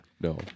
No